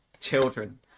children